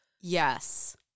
Yes